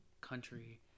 country